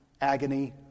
agony